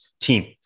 team